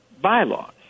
bylaws